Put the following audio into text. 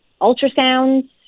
ultrasounds